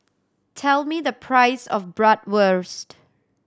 tell me the price of Bratwurst